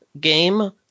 game